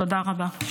תודה רבה.